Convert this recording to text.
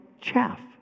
chaff